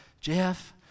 Jeff